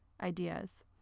ideas